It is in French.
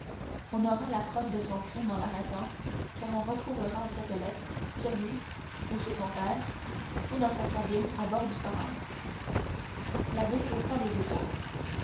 on aura la preuve de son crime en l'arrêtant car on retrouvera cette lettre sur lui ou chez son père ou dans sa cabine à bord du pharaon l'abbé haussa les épaules